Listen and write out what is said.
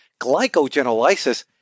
glycogenolysis